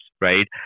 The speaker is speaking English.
right